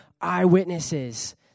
eyewitnesses